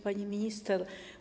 Pani Minister!